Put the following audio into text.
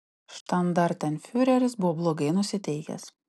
štandartenfiureris buvo blogai nusiteikęs